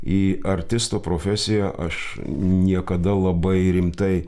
į artisto profesiją aš niekada labai rimtai